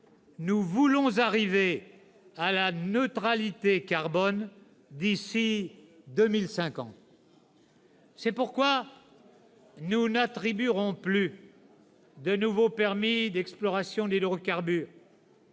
nous voulons arriver à la neutralité carbone d'ici à 2050. C'est pourquoi nous n'attribuerons plus de nouveaux permis d'exploration d'hydrocarbures.